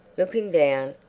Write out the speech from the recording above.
looking down,